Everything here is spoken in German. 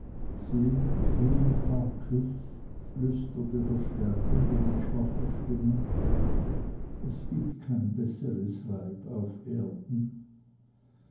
flüsterte der sterbende mit schwacher stimme es gibt kein besseres weib auf erden